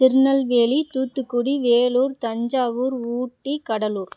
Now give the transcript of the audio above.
Tirunelveli Thoothukudi Vellore Thanjavur Ooty Cuddalore